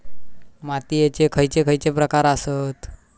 मातीयेचे खैचे खैचे प्रकार आसत?